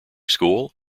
school